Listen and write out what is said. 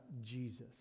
Jesus